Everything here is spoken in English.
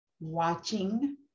watching